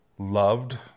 loved